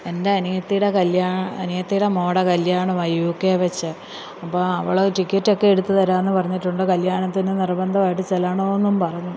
എൻ്റെ അനിയത്തിയുടെ അനിയത്തിയുടെ മകളുടെ കല്യാണമാണ് യു കെ വെച്ച് അപ്പോള് അവള് ടിക്കറ്റൊക്കെ എടുത്ത് തരാമെന്ന് പറഞ്ഞിട്ടുണ്ട് കല്യാണത്തിന് നിർബന്ധമായിട്ട് ചെല്ലണമെന്നും പറഞ്ഞു